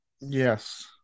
Yes